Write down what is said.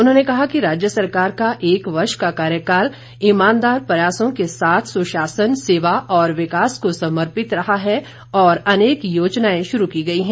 उन्होंने कहा कि राज्य सरकार का एक वर्ष का कार्यकाल ईमानदार प्रयासों के साथ सुशासन सेवा और विकास को समर्पित रहा है और अनेक योजनाएं शुरू की गई हैं